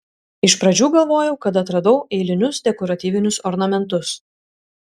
iš pradžių galvojau kad atradau eilinius dekoratyvinius ornamentus